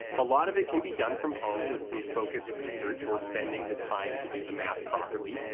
a lot of it can be done from home with some focused research or spending the time to do the math properly,